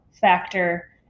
factor